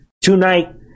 tonight